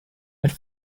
elle